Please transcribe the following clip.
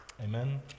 Amen